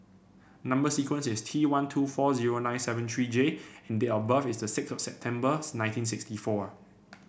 number sequence is T one two four zero nine seven three J and date of birth is six of September nineteen sixty four